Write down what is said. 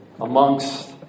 amongst